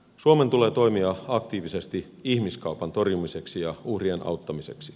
suomen tulee toimia aktiivisesti ihmiskaupan torjumiseksi ja uhrien auttamiseksi